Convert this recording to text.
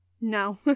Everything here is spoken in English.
No